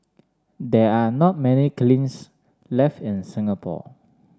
there are not many kilns left in Singapore